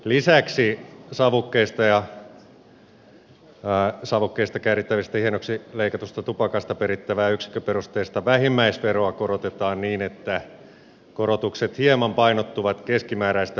lisäksi savukkeista ja savukkeiksi käärittävästä hienoksi leikatusta tupakasta perittävää yksikköperusteista vähimmäisveroa korotetaan niin että korotukset hieman painottuvat keskimääräistä halvempiin tuotteisiin